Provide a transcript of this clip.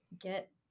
get